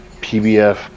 pbf